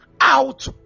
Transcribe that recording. out